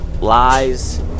lies